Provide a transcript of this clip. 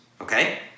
okay